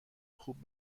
خوب